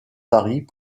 paris